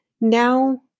now